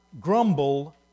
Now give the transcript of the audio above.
Grumble